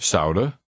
Zouden